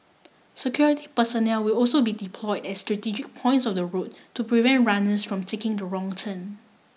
security personnel will also be deployed at strategic points of the route to prevent runners from taking the wrong turn